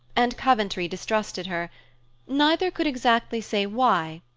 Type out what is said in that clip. and coventry distrusted her neither could exactly say why,